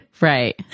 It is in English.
right